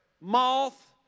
moth